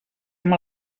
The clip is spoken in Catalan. amb